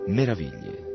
meraviglie